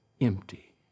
empty